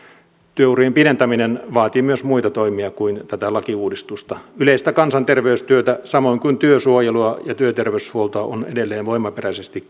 työurien pidentäminen vaatii myös muita toimia kuin tätä lakiuudistusta yleistä kansanterveystyötä samoin kuin työsuojelua ja työterveyshuoltoa on edelleen voimaperäisesti